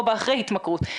או אחרי התמכרות.